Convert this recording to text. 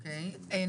אוקיי.